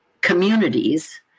communities